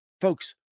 Folks